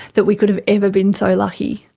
that we could have ever been so lucky.